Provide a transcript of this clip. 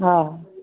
हा